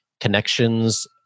connections